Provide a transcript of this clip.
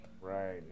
Right